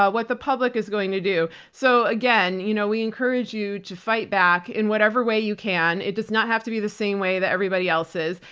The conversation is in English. ah what the public is going to do. so again, you know we encourage you to fight back in whatever way you can. it does not have to be the same way that everybody else is.